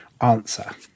answer